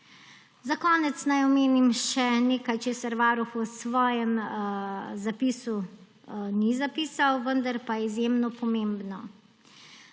Za konec naj omenim še nekaj, česar Varuh v svojem zapisu ni zapisal, vendar pa je izjemno pomembno.